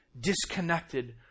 disconnected